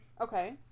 Okay